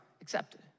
accepted